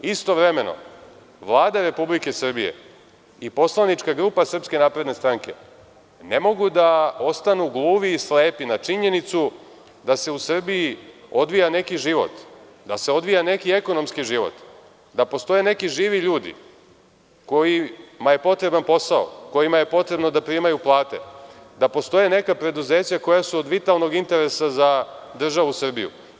Istovremeno, Vlada RS i poslanička grupa SNS ne mogu da ostanu gluvi i slepi na činjenicu da se u Srbiji odvija neki život, da se odvija neki ekonomski život, da postoje neki živi ljudi kojima je potreban posao, kojima je potrebno da primaju platu, da postoje neka preduzeća koja su od vitalnog interesa za državu Srbiju.